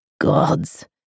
Gods